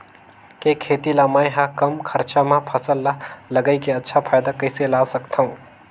के खेती ला मै ह कम खरचा मा फसल ला लगई के अच्छा फायदा कइसे ला सकथव?